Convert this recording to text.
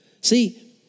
See